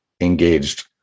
engaged